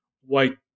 white